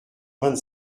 vingt